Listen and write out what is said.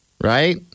Right